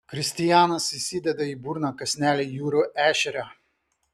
kristijanas įsideda į burną kąsnelį jūrų ešerio